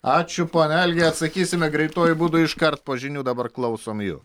ačiū pone algi atsakysime greituoju būdu iškart po žinių dabar klausom jų